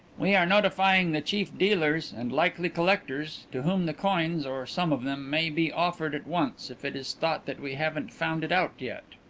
we are notifying the chief dealers and likely collectors to whom the coins, or some of them, may be offered at once if it is thought that we haven't found it out yet.